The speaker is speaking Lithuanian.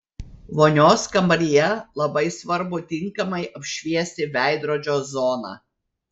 vonios kambaryje labai svarbu tinkamai apšviesti veidrodžio zoną